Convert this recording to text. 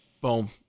boom